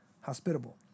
hospitable